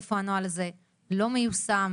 איפה הנוהל הזה לא מיושם,